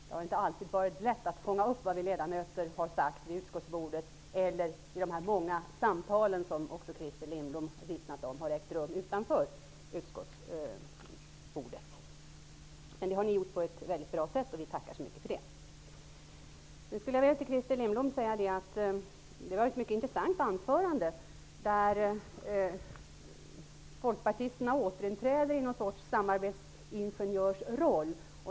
Det har inte alltid varit lätt att fånga upp vad vi ledamöter har sagt vid utskottsbordet eller vid de många samtal som även Christer Lindblom har vittnat om har ägt rum utanför utskottsbordet. Det har de gjort på ett mycket bra sätt, och vi tackar så mycket för det. Till Christer Lindblom skulle jag vilja säga att det var ett mycket intressant anförande där folkpartisterna återinträder i någon slags samarbetsingenjörsroll.